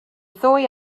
ddwy